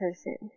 person